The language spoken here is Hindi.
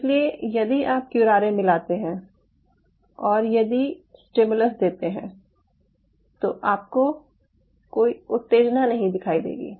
इसलिए यदि आप क्युरारे मिलाते हैं और यदि स्टिमुलस देते हैं तो आपको कोई उत्तेजना नहीं दिखाई देगी